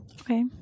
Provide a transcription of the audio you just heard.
okay